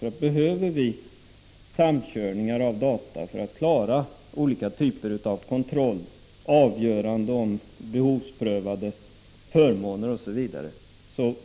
De behov som finns av olika typer av kontroll, t.ex. vid avgöranden vad gäller behovsprövade förmåner,